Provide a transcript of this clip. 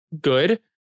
good